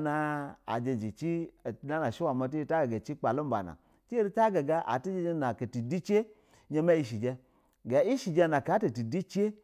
ma gugo ajijɛ gane kuga cin gbalu babana erin ma guga atin jiji na aka tidijɛ iya ma yishɛjɛ ga iyi shɛ jɛ na ata tindijɛ.